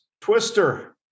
Twister